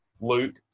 Luke